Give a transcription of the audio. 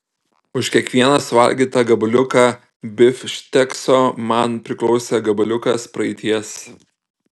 už kiekvieną suvalgytą gabaliuką bifštekso man priklausė gabaliukas praeities